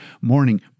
morning